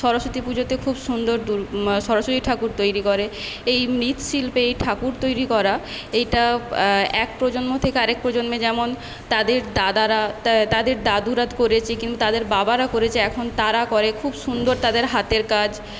সরস্বতী পুজোতে খুব সুন্দর দু সরস্বতী ঠাকুর তৈরি করে এই মৃ্ৎশিল্পে এই ঠাকুর তৈরি করা এইটা এক প্রজন্ম থেকে আরেক প্রজন্মে যেমন তাদের দাদারা তা তাদের দাদুরা করেছে কিন্তু তাদের বাবারা করেছে এখন তারা করে খুব সুন্দর তাদের হাতের কাজ